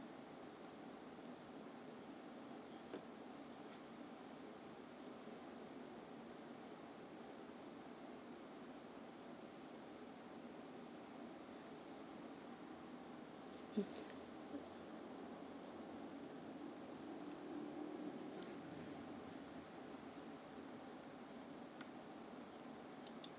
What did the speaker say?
mm